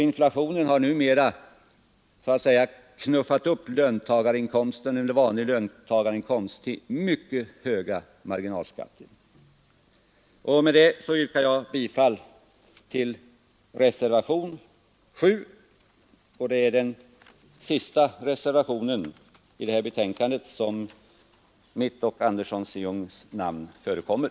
Inflationen har numera så att säga knuffat upp en vanlig löntagarinkomst till mycket höga marginalskatter. Med detta yrkar jag bifall till reservationen 7, den sista reservation till det här betänkandet där mitt och herr Anderssons i Ljung namn förekommer.